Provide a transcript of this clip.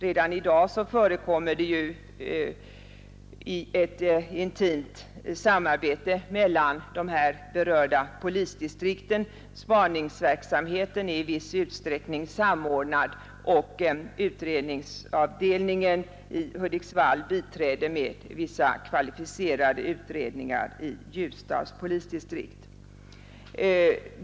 Redan i dag förekommer det ett intimt samarbete mellan de berörda polisdistrikten. Spaningsverksamheten är i viss utsträckning samordnad, och utredningsavdelningen i Hudiksvall biträder med vissa kvalificerade utredningar inom Ljusdals polisdistrikt.